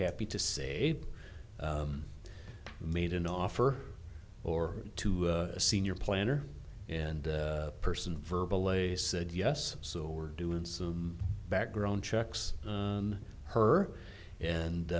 happy to say made an offer or to a senior planner and person verbal a said yes so we're doing some background checks on her and